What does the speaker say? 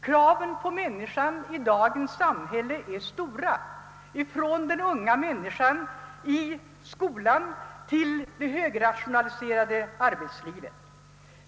Kraven på människan i dagens samhälle är stora, både på unga människor som går i skolan och på människor som kommer ut i det högrationaliserade arbetslivet.